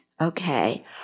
Okay